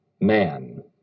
man